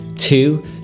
Two